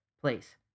place